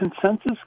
consensus